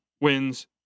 wins